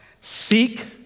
seek